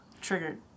Triggered